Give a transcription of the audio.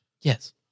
Yes